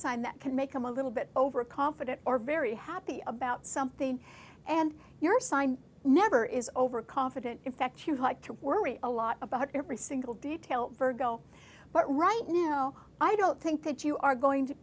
sign that can make them a little bit over confident or very happy about something and your sign never is over confident in fact you'd like to worry a lot about every single detail virgo but right now i don't think that you are going to